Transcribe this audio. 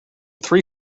three